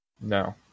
No